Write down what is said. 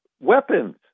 weapons